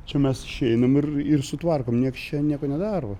čia mes išeinam ir ir sutvarkom nieks čia nieko nedaro